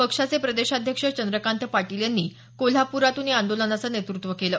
पक्षाचे प्रदेशाध्यक्ष चंद्रकांत पाटील यांनी कोल्हापुरातून या आंदोलनाचं नेतृत्व केलं